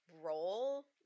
role